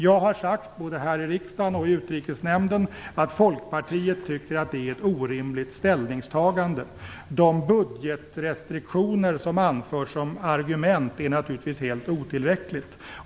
Jag har sagt, både här i riksdagen och i Utrikesnämnden, att Folkpartiet tycker att det är ett orimligt ställningstagande. De budgetrestriktioner som har anförts som argument är naturligtvis helt otillräckliga.